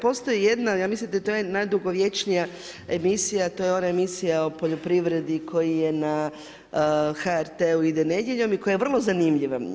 Postoji jedna, zamislite to je najdugovječnija emisija to je ona emisija o poljoprivredi koji je na HRT-u ide nedjeljom i koja je vrlo zanimljiva.